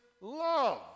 love